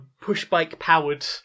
push-bike-powered